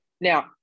Now